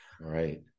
right